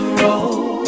roll